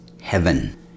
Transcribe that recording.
heaven